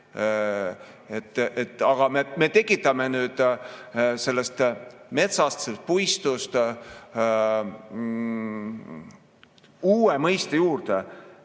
Aga me tekitame sellest metsast, puistust uue mõiste juurde,